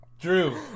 Drew